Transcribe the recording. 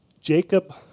Jacob